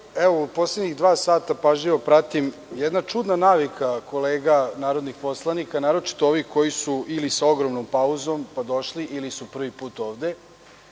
u poslednjih dva sata pažljivo pratim, jedna čudna navika kolega narodnih poslanika, a naročito ovih koji su ili sa ogromnom pauzom pa došli ili su prvi put ovde,